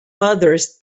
others